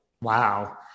Wow